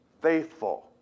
Faithful